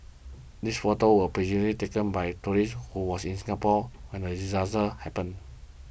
this photos were be taken by tourist who was in Singapore when the disaster happened